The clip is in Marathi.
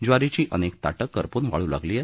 ज्वारीची अनेक ताटं करपून वाळू लागली आहेत